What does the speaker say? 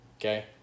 Okay